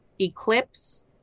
Eclipse